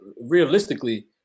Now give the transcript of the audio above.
realistically